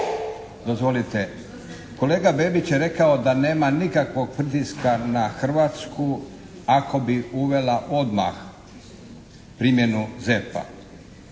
Dozvolite. Kolega Bebić je rekao da nema nikakvog pritiska na Hrvatsku ako bi uvela odmah primjenu ZERP-a